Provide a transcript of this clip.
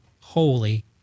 Holy